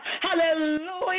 Hallelujah